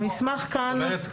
זאת אומרת,